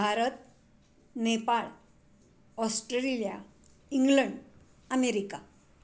Bharat Nepal Australia England America